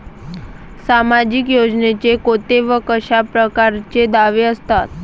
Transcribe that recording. सामाजिक योजनेचे कोंते व कशा परकारचे दावे असतात?